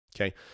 Okay